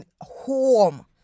home